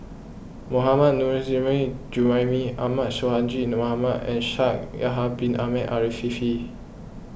Mohammad Nurrasyid Juraimi Ahmad Sonhadji Mohamad and Shaikh Yahya Bin Ahmed Afifi